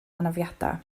anafiadau